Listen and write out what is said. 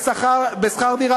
טיפולי שיניים חינם